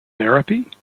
therapy